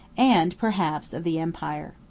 and, perhaps, of the empire.